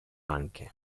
anche